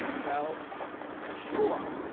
well sure,